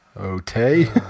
Okay